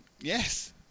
Yes